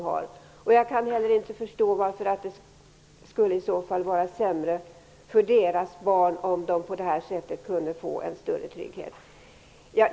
Jag kan inte heller förstå varför det skulle vara oberättigat att deras barn på detta sätt skulle få en större trygghet.